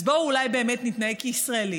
אז בואו, אולי באמת נתנהג כישראלים,